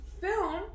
film